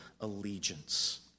allegiance